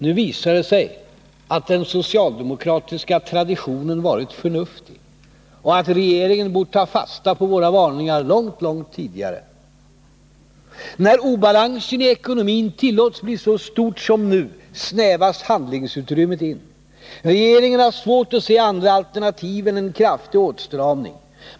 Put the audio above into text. Nu visar det sig att den socialdemokratiska traditionen varit förnuftig och att regeringen bort ta fasta på våra varningar långt, långt tidigare. När obalansen i ekonomin tillåtits bli så stor som nu, snävas handlingsutrymmet in. Regeringen har svårt att se andra alternativ än en kraftig åtstramning.